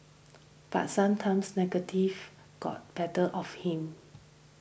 but sometimes negativity got better of him